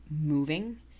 moving